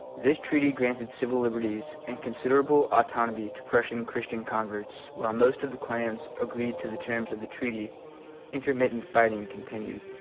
this treaty granted civil liberties and considerable autonomy to prussia and christian converts while most of the clans agreed to the terms of the treaty intermittent fighting continued